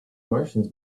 martians